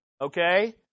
Okay